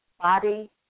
body